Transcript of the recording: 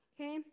Okay